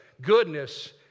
Goodness